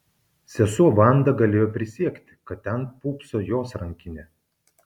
sesuo vanda galėjo prisiekti kad ten pūpso jos rankinė